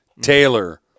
Taylor